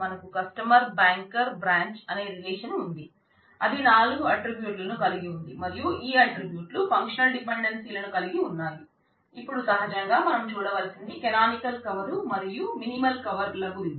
మనకు customer banker బ్రాంచ్ల గురించి